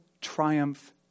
triumph